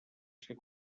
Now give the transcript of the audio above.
ser